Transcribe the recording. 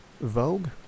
Vogue